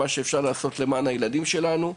אלא באמת לעשות מה שאפשר למען הילדים שלנו.